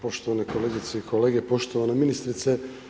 Poštovane kolegice i kolege, poštovana ministrice.